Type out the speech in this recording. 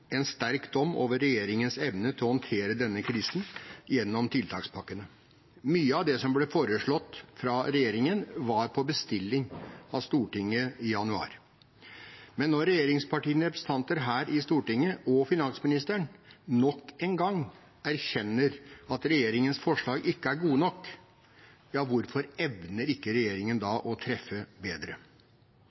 en sterk dom over regjeringens evne til å håndtere denne krisen gjennom tiltakspakkene. Mye av det som ble foreslått fra regjeringen, var på bestilling fra Stortinget i januar. Men når regjeringspartienes representanter her i Stortinget og finansministeren nok en gang erkjenner at regjeringens forslag ikke er gode nok – ja, hvorfor evner ikke regjeringen da å treffe bedre?